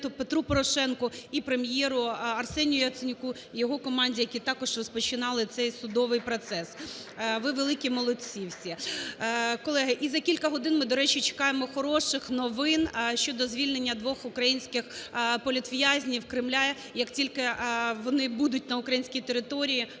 Петру Порошенку і Прем'єру Арсенію Яценюку, його команді, які також розпочинали цей судовий процес. Ви великі молодці всі. Колеги, і за кілька годин ми, до речі, чекаємо хороших новин щодо звільнення двох українських політв'язнів Кремля. Як тільки вони будуть на українській території,